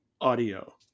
audio